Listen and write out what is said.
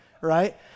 right